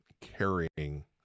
Carrying